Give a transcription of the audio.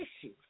issues